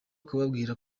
kubabwira